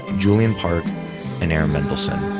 julian park and erin mendelsohn.